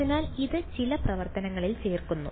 അതിനാൽ ഇത് ചില പ്രവർത്തനങ്ങളിൽ ചേർക്കുന്നു